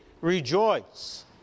rejoice